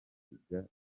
guhiga